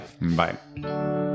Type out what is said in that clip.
bye